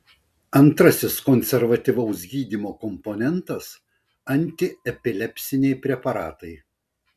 antrasis konservatyvaus gydymo komponentas antiepilepsiniai preparatai